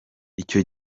icyo